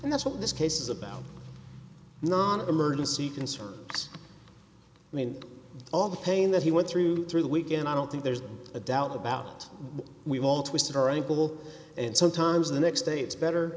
and that's what this case is about non emergency concern i mean all the pain that he went through through the weekend i don't think there's a doubt about we've all twisted her ankle and sometimes the next day it's better